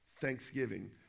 thanksgiving